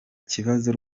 kibazo